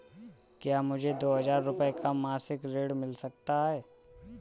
क्या मुझे दो हजार रूपए का मासिक ऋण मिल सकता है?